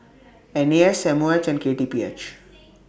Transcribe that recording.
N A S M O H and K T P H